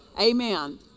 amen